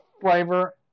flavor